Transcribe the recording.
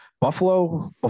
Buffalo